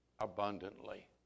abundantly